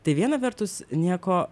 tai viena vertus nieko